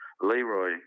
Leroy